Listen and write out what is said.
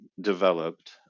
developed